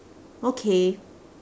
okay